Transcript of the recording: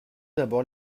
d’abord